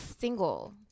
single